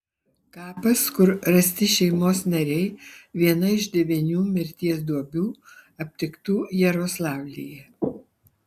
kapas kur rasti šeimos nariai viena iš devynių mirties duobių aptiktų jaroslavlyje